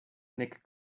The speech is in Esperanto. nek